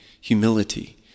humility